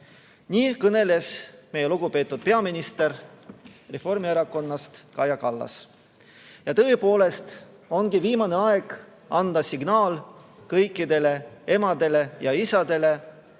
Nii kõneles meie lugupeetud peaminister Reformierakonnast, Kaja Kallas. Tõepoolest ongi viimane aeg anda signaal kõikidele emadele ja isadele,